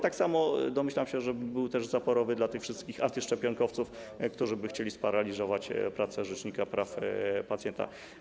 Tak samo, domyślam się, byłby zaporowy dla tych wszystkich antyszczepionkowców, którzy chcieliby sparaliżować pracę rzecznika praw pacjenta.